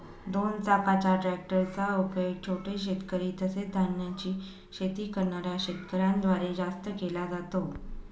दोन चाकाच्या ट्रॅक्टर चा उपयोग छोटे शेतकरी, तसेच धान्याची शेती करणाऱ्या शेतकऱ्यांन द्वारे जास्त केला जातो